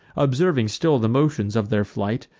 observing still the motions of their flight,